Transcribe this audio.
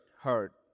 hurt